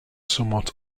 somewhat